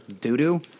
doo-doo